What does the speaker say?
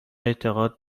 اعتقاد